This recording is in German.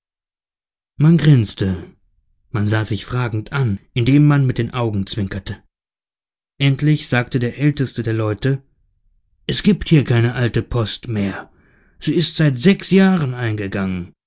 man grinste man sah sich fragend an indem man mit den augen zwinkerte endlich sagte der älteste der leute es gibt hier keine alte post mehr sie ist seit sechs jahren eingegangen